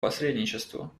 посредничеству